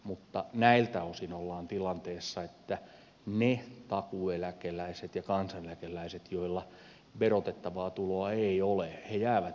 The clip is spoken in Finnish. mutta näiltä osin ollaan tilanteessa että ne takuueläkeläiset ja kansaneläkeläiset joilla verotettavaa tuloa ei ole jäävät ilman kompensaatiota